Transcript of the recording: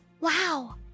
Wow